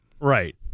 Right